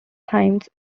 times